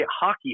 hockey